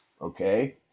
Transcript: okay